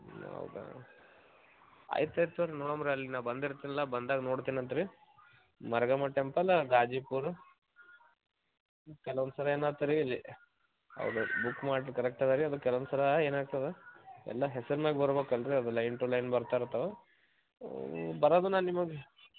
ಹೌದಾ ಆಯ್ತು ಆಯ್ತು ತೊಗೊ ರಿ ನೋಡಣ್ ರೀ ಅಲ್ಲಿ ನಾ ಬಂದಿರ್ತೀನಲ್ಲ ಬಂದಾಗ ನೋಡ್ತೀನಂತೆ ರಿ ಮರ್ಗಮ್ಮ ಟೆಂಪಲ ಗಾಜಿಪುರ್ ಕೆಲವೊಂದು ಸಲ ಏನಾತ ರೀ ಇಲ್ಲಿ ಹೌದು ಬುಕ್ ಮಾಡಿರಿ ಕರೆಕ್ಟ್ ಅದ ರೀ ಅದು ಕೆಲ್ವೊಂದು ಸಲ ಏನಾಗ್ತದೆ ಎಲ್ಲ ಹೆಸರ್ನಾಗ ಬರ್ಬೇಕಲ್ಲ ರೀ ಅದು ಲೈನ್ ಟು ಲೈನ್ ಬರ್ತಾ ಇರ್ತವೆ ಅವು ಬರೋದ ನಾ ನಿಮಗೆ